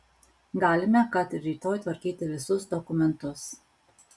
galime kad ir rytoj tvarkyti visus dokumentus